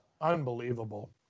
Unbelievable